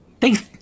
Thanks